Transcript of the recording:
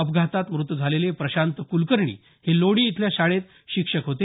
अपघातात मृत झालेले प्रशांत कुलकर्णी हे लोणी इथल्या शाळेत शिक्षक होते